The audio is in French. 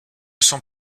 sont